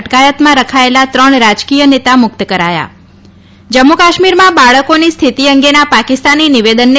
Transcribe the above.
અટકાયતમાં રખાયેલા ત્રણ રાજકીય નેતા મુક્ત કરાયા જમ્મુ કાશ્મીરમાં બાળકોની સ્થિતિ અંગેના પાકિસ્તાની નિવેદનને